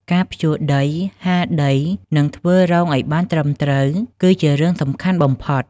ការភ្ជួរដី ហាលដី និងធ្វើរងឱ្យបានត្រឹមត្រូវគឺជារឿងសំខាន់បំផុត។